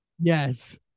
yes